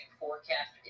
forecast